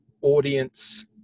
audience